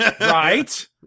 Right